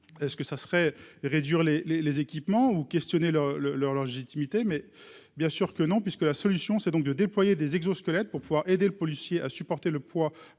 est-ce que ça serait réduire les, les, les équipements ou questionner le le leur, leur légitimité mais bien sûr que non, puisque la solution c'est donc de déployer des exosquelettes pour pouvoir aider le policier à supporter le poids